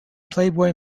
playboy